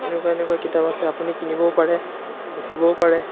এনেকুৱা এনেকুৱা কিতাপ আছে আপুনি কিনিবও পাৰে বেচিবও পাৰে